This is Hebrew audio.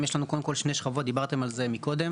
יש לנו שני שכבות דיברתם על זה מקודם.